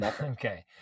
Okay